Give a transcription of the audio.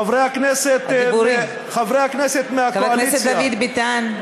חבר הכנסת דוד ביטן,